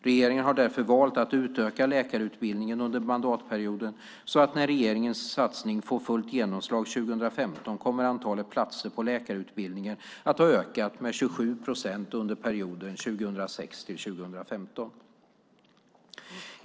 Regeringen har därför valt att utöka läkarutbildningen under mandatperioden så att antalet platser på läkarutbildningen när regeringens satsning får fullt genomslag 2015 kommer att ha ökat med 27 procent under perioden 2006-2015.